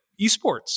Esports